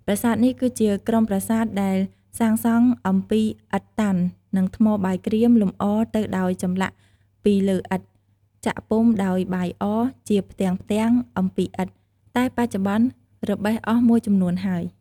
ប្រាសាទនេះ គឺជាក្រុមប្រាសាទដែលសាងសង់អំពីឥដ្ឋតាន់ និង ថ្មបាយក្រៀមលំអរទៅដោយចម្លាក់ពីលើឥដ្ឋ ចាក់ពុម្ភដោយបាយអ ជាផ្ទាំងៗអំពីឥដ្ឋ តែបច្ចុប្បន្នរបេះអស់មួយចំនួនហើយ។